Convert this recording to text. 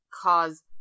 cause